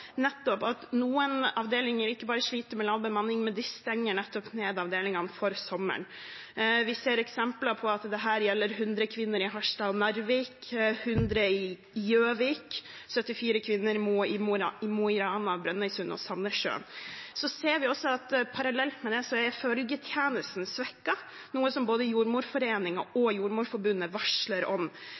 at noen avdelinger ikke bare sliter med lav bemanning, men de stenger avdelingene for sommeren. Vi ser eksempler på at dette gjelder hundre kvinner i Harstad og Narvik, hundre i Gjøvik, 74 kvinner i Mo i Rana, Brønnøysund og Sandnessjøen. Vi ser også at parallelt med det er følgetjenesten svekket, noe som både Jordmorforeningen og Jordmorforbundet varsler om.